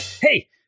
Hey